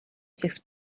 six